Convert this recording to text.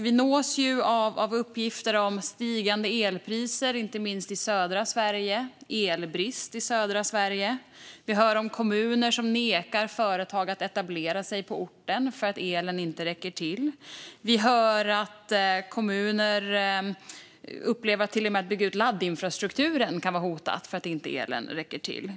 Vi nås ju av uppgifter om stigande elpriser och elbrist i södra Sverige. Vi hör om kommuner som nekar företag att etablera sig på orten eftersom elen inte räcker till. Vi hör att kommuner upplever att till och med utbyggnaden av laddinfrastrukturen kan vara hotad för att inte elen räcker till.